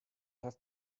have